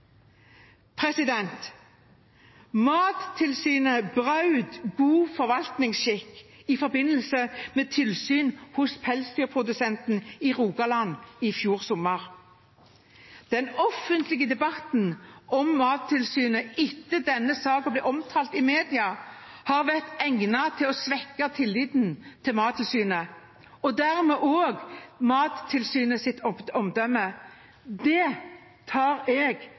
Mattilsynet brøt god forvaltningsskikk i forbindelse med tilsyn hos pelsdyrprodusenten i Rogaland i fjor sommer. Den offentlige debatten om Mattilsynet, etter at denne saken ble omtalt i mediene, har vært egnet til å svekke tilliten til Mattilsynet og dermed også Mattilsynets omdømme. Det tar jeg